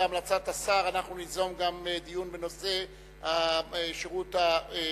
בהמלצת השר אנחנו ניזום דיון בנושא השירות האזרחי.